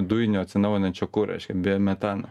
dujinio atsinaujinančio kuro biometano